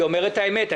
אני אומר את האמת.